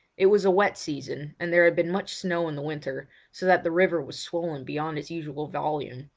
it was a wet season, and there had been much snow in the winter, so that the river was swollen beyond its usual volume,